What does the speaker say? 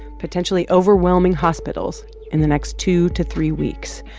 potentially overwhelming hospitals in the next two to three weeks,